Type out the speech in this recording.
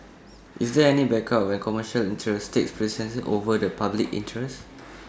is there any backup when commercial interests take precedence over the public interest